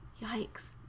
yikes